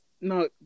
No